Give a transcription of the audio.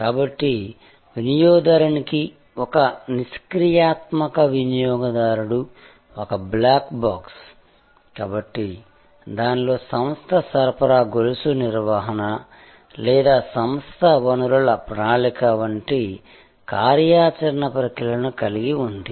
కాబట్టి వినియోగదారునికి ఒక నిష్క్రియాత్మక వినియోగదారుడు ఒక బ్లాక్ బాక్స్ కాబట్టి దానిలోని సంస్థ సరఫరా గొలుసు నిర్వహణ లేదా సంస్థ వనరుల ప్రణాళిక వంటి కార్యాచరణ ప్రక్రియలను కలిగి ఉంది